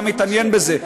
אתה מתעניין בזה,